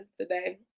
today